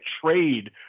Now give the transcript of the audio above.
trade